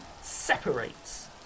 separates